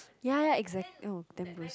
ya ya ya exactly